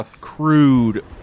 crude